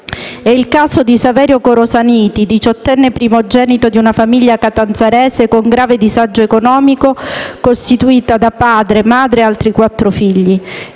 È il caso di Saverio Corasaniti, diciottenne primogenito di una famiglia catanzarese con grave disagio economico, costituita da padre, madre e altri quattro figli.